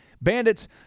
bandits